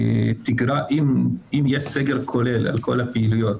אם יהיה סגר כולל על כל הפעילויות,